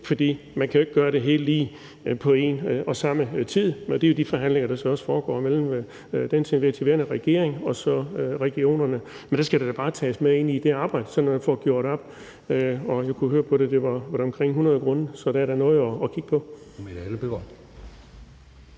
For man kan ikke gøre det hele på en og samme tid, og det er jo de forhandlinger, der så også foregår mellem den til enhver tid værende regering og så regionerne. Men det skal da bare tages med ind i det arbejde, sådan at man får det gjort op. Jeg kunne høre på det, at det var omkring 100 grunde, så der er da noget at kigge på.